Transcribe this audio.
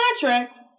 contracts